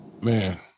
Man